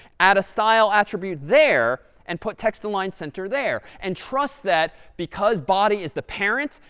add a style attribute there, and put text-align center there, and trust that because body is the parent,